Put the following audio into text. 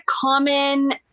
common